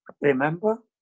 Remember